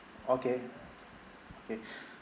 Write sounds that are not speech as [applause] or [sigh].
okay okay [breath]